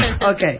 Okay